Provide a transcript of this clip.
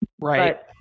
Right